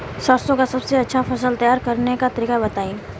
सरसों का सबसे अच्छा फसल तैयार करने का तरीका बताई